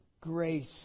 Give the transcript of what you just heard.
grace